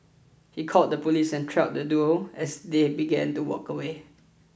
he called the police and trailed the duo as they began to walk away